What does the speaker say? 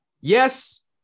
yes